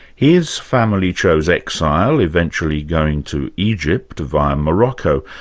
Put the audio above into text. his family chose exile, eventually going to egypt via morocco.